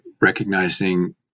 recognizing